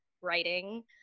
writing